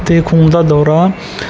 'ਤੇ ਖੂਨ ਦਾ ਦੌਰਾ